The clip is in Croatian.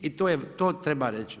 I to treba reći.